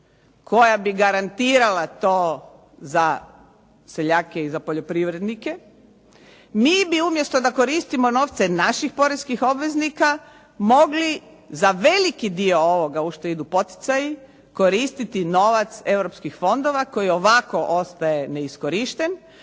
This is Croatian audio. koja bi garantirala to za seljake i poljoprivrednike, mi bi da umjesto koristimo novce naših poreskih obveznika, mogli za veliki dio ovoga u što idu poticaji, koristiti novac europskih fondova koji ovako ostaje ne iskorišten.